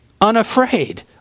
Unafraid